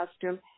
costume